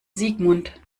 sigmund